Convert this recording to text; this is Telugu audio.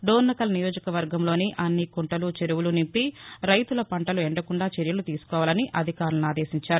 డోర్నకల్ నియోజకవర్గంలోని అన్ని కుంటలు చెరువులు నింపి రైతుల పంటలు ఎండకుండా చర్యలు తీసుకోవాలని అధికారులను ఆదేశించారు